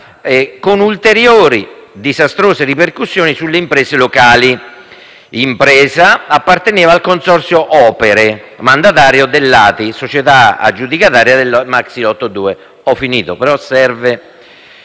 con ulteriori disastrose ripercussioni sulle imprese locali. Impresa apparteneva al Consorzio Operae, mandatario dell'ATI, società aggiudicataria del maxilotto 2. Mentre la Dirpa